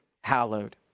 hallowed